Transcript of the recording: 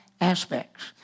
aspects